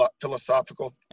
philosophical